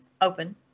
open